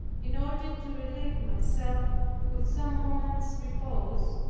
in order to relieve myself with some moment's repose.